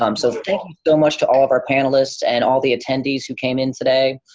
um so thank you so much to all of our panelists and all the attendees who came in today,